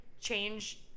change